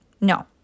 No